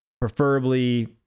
Preferably